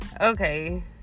Okay